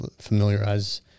familiarize